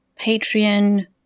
Patreon